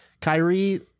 Kyrie